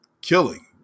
killing